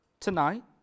Tonight